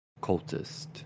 cultist